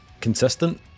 consistent